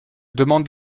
demande